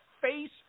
face